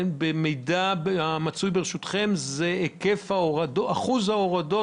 שהמידע שכן מצוי ברשותכם זה אחוז ההורדות